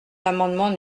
l’amendement